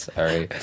Sorry